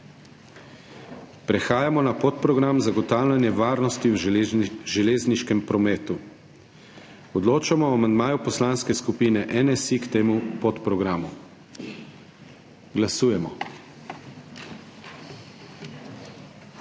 Prehajamo na podprogram Zagotavljanje varnosti v železniškem prometu. Odločamo o amandmaju Poslanske skupine NSi k temu podprogramu. Glasujemo.